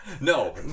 No